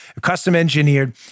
Custom-engineered